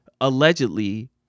allegedly